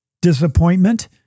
disappointment